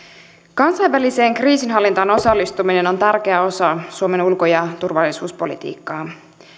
kansainväliseen kriisinhallintaan osallistuminen on tärkeä osa suomen ulko ja turvallisuuspolitiikkaa